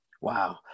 Wow